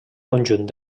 conjunt